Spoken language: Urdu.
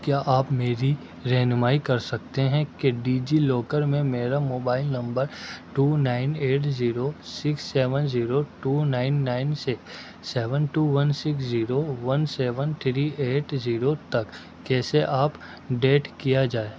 کیا آپ میری رہنمائی کر سکتے ہیں کہ ڈیجی لاکر میں میرا mobile number two nine eight zero six seven zero two nine nine سے seven two one six zero one seven three eight zero تک کیسے آپ ڈیٹ کیا جائے